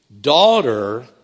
daughter